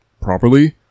properly